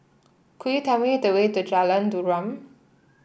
could you tell me the way to Jalan Derum